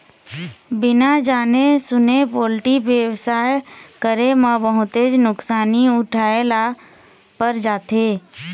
बिना जाने सूने पोल्टी बेवसाय करे म बहुतेच नुकसानी उठाए ल पर जाथे